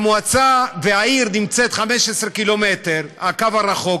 והעיר נמצאת 15 קילומטר, הקו הרחוק,